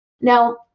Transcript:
Now